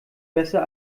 besser